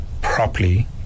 properly